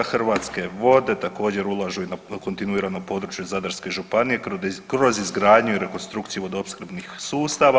Hrvatske vode također ulažu i na kontinuirano područje Zadarske županije kroz izgradnju i rekonstrukciju vodoopskrbnih sustava.